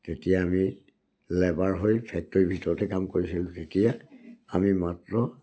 যেতিয়া আমি লেবাৰ হৈ ফেক্টৰীৰ ভিতৰতে কাম কৰিছিলোঁ তেতিয়া আমি মাত্ৰ